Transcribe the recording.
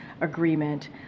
agreement